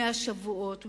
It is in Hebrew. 100 שבועות אולי,